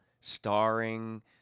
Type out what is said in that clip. starring